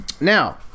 Now